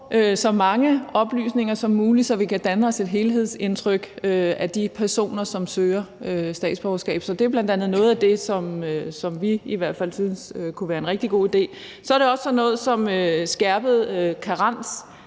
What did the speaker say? så mange oplysninger som muligt, så vi kan danne os et helhedsindtryk af de personer, som søger statsborgerskab. Så det er bl.a. noget af det, som vi i hvert fald synes kunne være en rigtig god idé. Så er det også sådan noget som skærpede